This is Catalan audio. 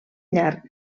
llarg